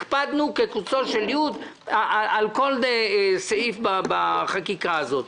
הקפדנו כקוצו של יוד על כל סעיף בחקיקה הזאת.